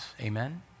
Amen